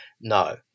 No